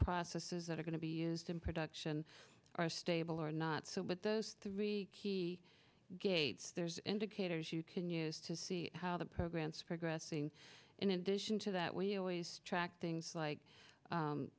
processes that are going to be used in production are stable or not so but those three key gates there's indicators you can use to see how the programs for grassing in addition to that we always track things like